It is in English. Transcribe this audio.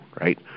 right